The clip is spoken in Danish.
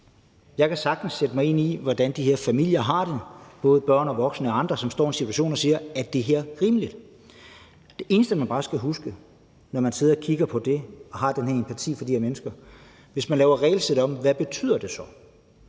Jeg kan sagtens sætte mig ind i, hvordan de her familier har det, både børn og voksne og andre, som står i en situation og siger: Er det her rimeligt? Det eneste, man bare skal huske, når man sidder og kigger på det og har den her sympati for de her mennesker, er, at hvis man laver regelsættet om, hvad betyder det så?